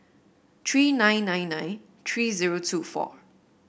three nine nine nine three zero two four